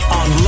on